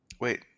Wait